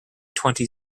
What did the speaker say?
twenty